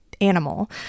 animal